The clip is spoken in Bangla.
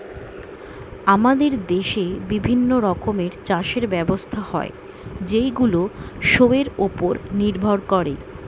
আমাদের দেশে বিভিন্ন রকমের চাষের ব্যবস্থা হয় যেইগুলো শোয়ের উপর নির্ভর করে